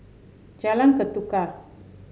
Jalan Ketuka